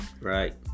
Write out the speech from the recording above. Right